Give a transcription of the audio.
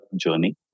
journey